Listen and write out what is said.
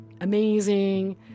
amazing